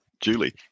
Julie